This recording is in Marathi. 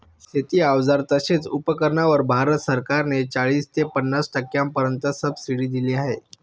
शेती अवजार तसेच उपकरणांवर भारत सरकार ने चाळीस ते पन्नास टक्क्यांपर्यंत सबसिडी दिली आहे